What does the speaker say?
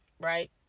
right